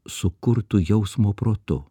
sukurtu jausmo protu